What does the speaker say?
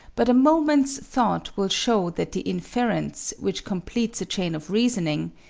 but a moment's thought will show that the inference, which completes a chain of reasoning,